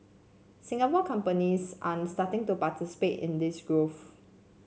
Singapore companies starting to participate in this growth